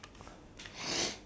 cannot tahan already